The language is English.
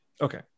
Okay